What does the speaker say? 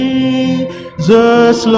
Jesus